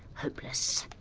hopeless!